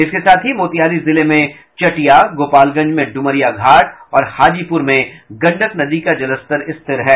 इसके साथ ही मोतिहारी जिले में चटिया गोपालगंज में डुमरिया घाट और हाजीपुर में गंडक नदी का जलस्तर स्थिर है